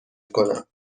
کنم